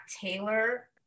Taylor